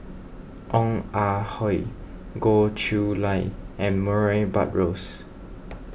Ong Ah Hoi Goh Chiew Lye and Murray Buttrose